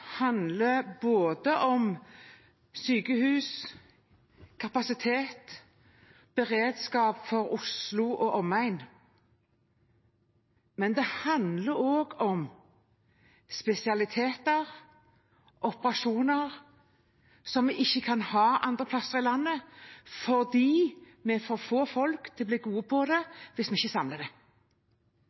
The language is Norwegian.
om både sykehus, kapasitet og beredskap for Oslo og omegn. Men det handler også om spesialiteter og operasjoner som vi ikke kan ha andre steder i landet, fordi vi er for få folk til å bli gode på det hvis vi ikke samler det.